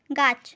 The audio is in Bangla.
গাছ